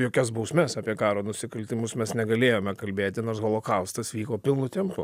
jokias bausmes apie karo nusikaltimus mes negalėjome kalbėti nors holokaustas vyko pilnu tempu